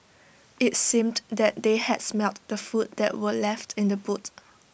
IT seemed that they had smelt the food that were left in the boot